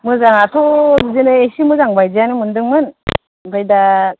मोजाङाथ' बिदिनो एसे मोजां बायदियानो मोनदोंमोन ओमफाय दा